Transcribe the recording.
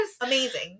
Amazing